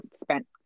spent